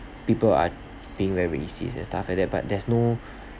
people are being very racist and stuff like that but there's no